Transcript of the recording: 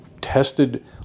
tested